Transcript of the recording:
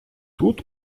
тут